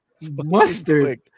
Mustard